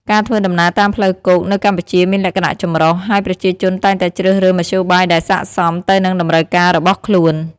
ការធ្វើដំណើរតាមផ្លូវគោកនៅកម្ពុជាមានលក្ខណៈចម្រុះ ហើយប្រជាជនតែងតែជ្រើសរើសមធ្យោបាយដែលស័ក្តិសមទៅនឹងតម្រូវការរបស់ខ្លួន។